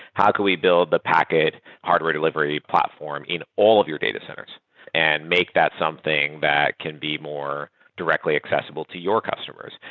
how can we build the packet hardware delivery platform in all of your data centers and make that something that can be more directly accessible to your customers?